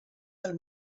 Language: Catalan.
del